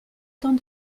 temps